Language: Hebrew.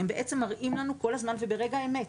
הם מראים לנו כל הזמן, וברגע האמת.